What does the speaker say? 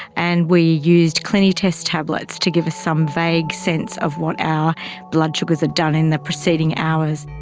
and we used clinitest tablets to give us some vague sense of what our blood sugars had done in the preceding hours.